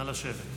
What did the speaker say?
נא לשבת.